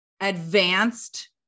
advanced